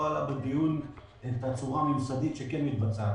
לא עלה בדיון הצורה הממסדית שכן מתבצעת.